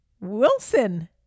Wilson